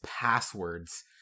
passwords